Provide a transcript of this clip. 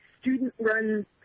student-run